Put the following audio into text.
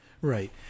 right